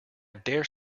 dare